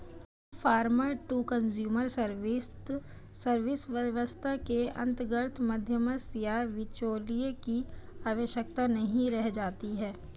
farmer to consumer service व्यवस्था के अंतर्गत मध्यस्थ या बिचौलिए की आवश्यकता नहीं रह जाती है